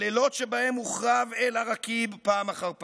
הלילות שבהם מוחרב אל-עראקיב פעם אחר פעם,